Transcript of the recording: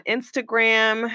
Instagram